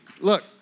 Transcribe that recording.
Look